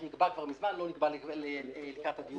נקבע כבר מזמן, הוא לא נקבע לקראת הדיון הזה.